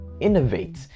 innovate